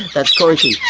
that's corky.